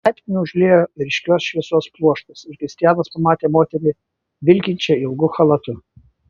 laiptinę užliejo ryškios šviesos pluoštas ir kristianas pamatė moterį vilkinčią ilgu chalatu